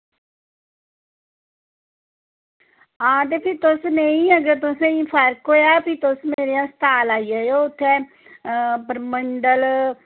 हां ते फिर तुस नेईं अगर तुसेंगी फर्क होएआ फिर तुस मेरे अस्पताल आई जाएओ उत्थैं परमंडल